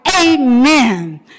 Amen